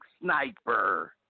sniper